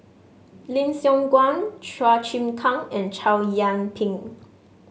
Lim Siong Guan Chua Chim Kang and Chow Yian Ping